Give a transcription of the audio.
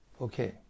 Okay